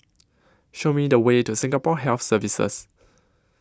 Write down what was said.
Show Me The Way to Singapore Health Services